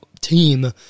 team